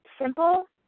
simple